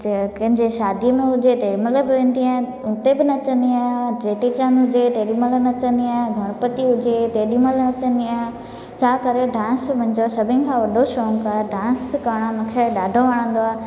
कंहिं जे शादीअ में हुजे तंहिं महिल बि वेंदी आहियां उते बि नचंदी आहियां चेटीचंडु हुजे तेॾीमहिल नचंदी आहियां गणपति हुजे तेॾीमहिल नचंदी आहियां छा करे डांस मुंहिंजो सभिनि खां वॾो शौक़ु आहे डांस करणु मूंखे ॾाढो वणंदो आहे